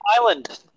island